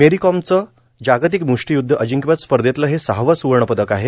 मेरीकॉमचं जागतिक म्श्टिय्ध्द अजिंक्यपद स्पर्धेतलं हे सहावं स्वर्ण पदक आहे